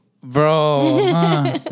Bro